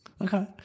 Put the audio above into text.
Okay